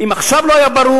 אם עד עכשיו לא היה ברור,